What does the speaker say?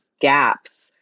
gaps